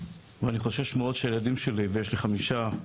ואני חושש שהילדים שלי ויש לי חמישה,